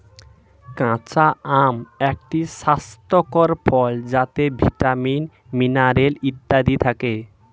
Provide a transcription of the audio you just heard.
কাঁচা আম একটি স্বাস্থ্যকর ফল যাতে ভিটামিন, মিনারেল ইত্যাদি থাকে